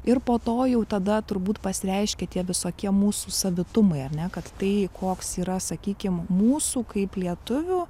ir po to jau tada turbūt pasireiškė tie visokie mūsų savitumai ar ne kad tai koks yra sakykim mūsų kaip lietuvių